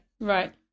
Right